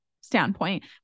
standpoint